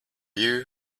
you